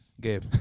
Gabe